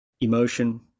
emotion